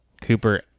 Cooper